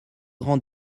grand